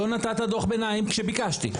לא נתת דוח ביניים כשביקשתי.